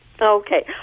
Okay